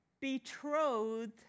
betrothed